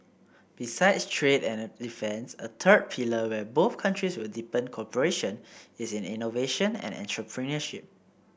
besides trade and defence a third pillar where both countries will deepen cooperation is in innovation and entrepreneurship